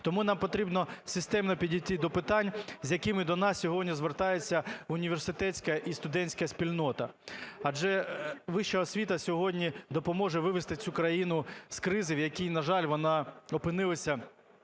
Тому нам потрібно системно підійти до питань, з якими до нас сьогодні звертається університетська і студентська спільнота. Адже вища освіта сьогодні допоможе вивести цю країну з кризи, у якій, на жаль, вона опинилася